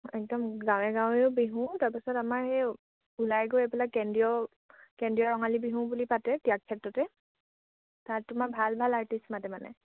একদম গাঁৱে গাঁৱেও বিহু তাৰপিছত আমাৰ সেই ওলাই গৈ এইবিলাক কেন্দ্ৰীয় কেন্দ্ৰীয় ৰঙালী বিহু বুলি পাতে ত্যাগ ক্ষেত্ৰতে তাত তোমাৰ ভাল ভাল আৰ্টিষ্ট মাতে মানে